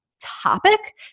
Topic